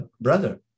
brother